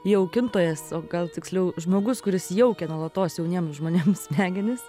jaukintojas o gal tiksliau žmogus kuris jaukia nuolatos jauniem žmonėm smegenis